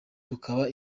tukaba